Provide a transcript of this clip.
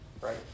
Right